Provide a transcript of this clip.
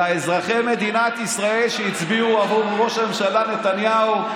אלא אזרחי מדינת ישראל שהצביעו בעבור ראש הממשלה נתניהו,